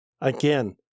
Again